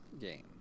game